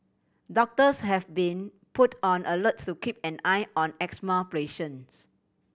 doctors have been put on alert to keep an eye on asthma patients